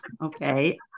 okay